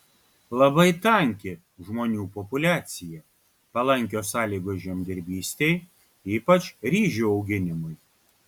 labai tanki žmonių populiacija palankios sąlygos žemdirbystei ypač ryžių auginimui